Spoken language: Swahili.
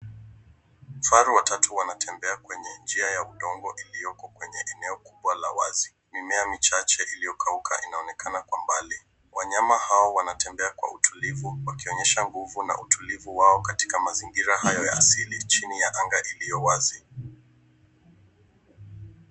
Vifaru watatu wanatembea kwenye njia ya udongo iliyoko kwenye eneo kubwa la wazi. Mimea michache iliyokauka inaonekana kwa mbali. Wanyama hao wanatembea kwa utulivu wakionyesha nguvu na utulivu wao katika mazingira hayo ya asili chini ya anga iliyo wazi.